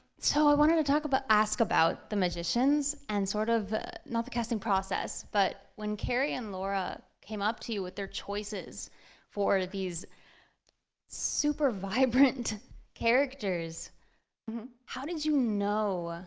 so i wanted to but ask about the magicians and sort of not the casting process, but when carey and laura came up to you with their choices for these super vibrant characters how did you know,